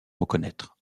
reconnaitre